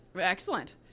excellent